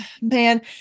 man